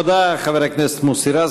תודה, חבר הכנסת מוסי רז.